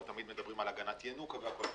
תמיד מדברים על הגנת ינוקא והכול.